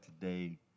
today